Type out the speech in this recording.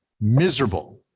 miserable